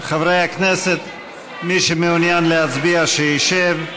חברי הכנסת, מי שמעוניין להצביע, שישב.